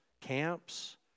camps